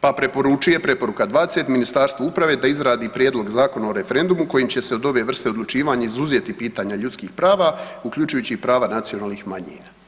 pa preporučuju, preporuka 20, Ministarstvu uprave da izradi prijedlog Zakona o referendumu kojim će se od ove vrste odlučivanja izuzeti pitanja ljudskih prava, uključujući i prava nacionalnih manjina.